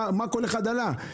מה כל אחד עלה.